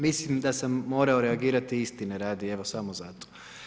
Mislim da sam morao reagirati istine radi, evo samo zato.